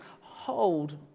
hold